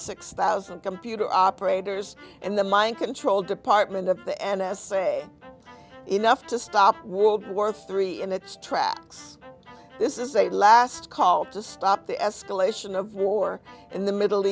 six thousand computer operators and the mind control department of the n s a enough to stop world war three in its tracks this is a last call to stop the escalation of war in the middle